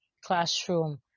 classroom